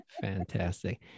Fantastic